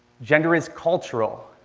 gender is cultural.